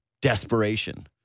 desperation